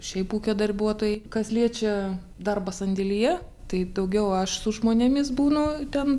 šiaip ūkio darbuotojai kas liečia darbą sandėlyje tai daugiau aš su žmonėmis būnu ten